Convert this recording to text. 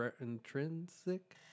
intrinsic